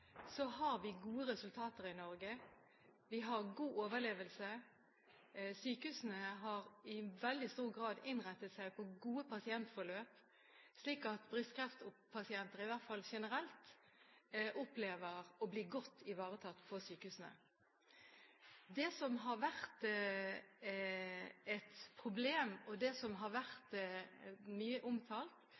har vi gode resultater i Norge, vi har god overlevelsesgrad, og sykehusene har i veldig stor grad innrettet seg på gode pasientforløp. Så brystkreftpasienter – i hvert fall generelt – opplever å bli godt ivaretatt på sykehusene. Det som har vært et problem, og som har vært mye omtalt,